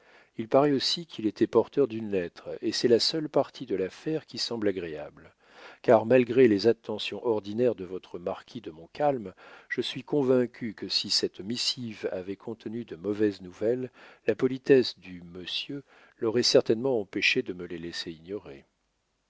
il paraît aussi qu'il était porteur d'une lettre et c'est la seule partie de l'affaire qui semble agréable car malgré les attentions ordinaires de votre marquis de montcalm je suis convaincu que si cette missive avait contenu de mauvaises nouvelles la politesse du monsieur l est certainement empêché de me les laisser ignorer